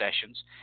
sessions